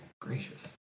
Gracious